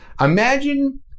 Imagine